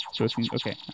okay